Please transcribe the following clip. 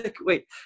wait